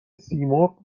سیمرغ